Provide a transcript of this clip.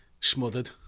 Smothered